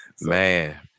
Man